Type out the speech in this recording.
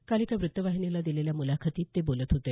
काल एका वृत्तवाहिनीला दिलेल्या मुलाखतीत ते बोलत होते